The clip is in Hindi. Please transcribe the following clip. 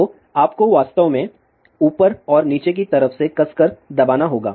तो आपको वास्तव में ऊपर और नीचे की तरफ से कसकर दबाना होगा